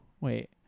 wait